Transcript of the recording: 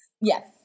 Yes